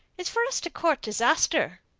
is for us to court disaster,